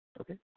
okay